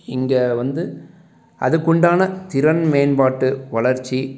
இங்கே வந்து அதுக்குண்டான திறன் மேம்பாட்டு வளர்ச்சி